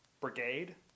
Brigade